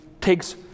takes